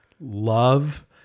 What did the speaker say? love